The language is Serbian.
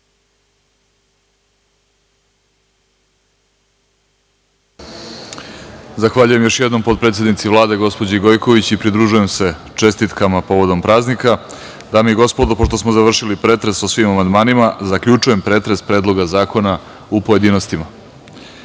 Zahvaljujem još jednom potpredsednici Vlade gospođi Gojković i pridružujem se čestitkama povodom praznika. Dame i gospodo, pošto smo završili pretres o svim amandmanima, zaključujem pretres Predloga zakona u pojedinostima. Pošto